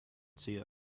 see